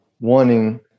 wanting